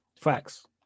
Facts